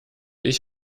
ich